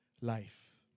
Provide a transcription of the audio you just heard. life